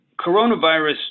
coronavirus